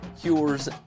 cures